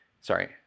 sorry